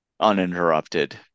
Uninterrupted